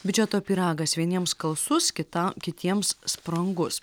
biudžeto pyragas vieniems skalsus kita kitiems sprangus